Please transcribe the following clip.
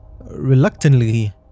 reluctantly